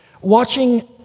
watching